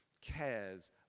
cares